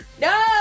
No